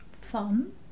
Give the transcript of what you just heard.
fun